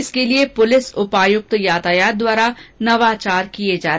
इसके लिए पुलिस उपायुक्त यातायात द्वारा नवाचार किये जा रहे है